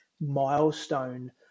milestone